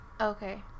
Okay